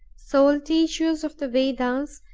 sole teachers of the vedas,